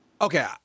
Okay